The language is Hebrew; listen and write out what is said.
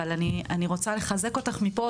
אבל אני רוצה לחזק אותך מפה,